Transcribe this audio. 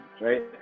right